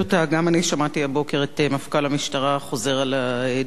גם אני שמעתי הבוקר את מפכ"ל המשטרה חוזר על הדברים,